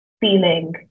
feeling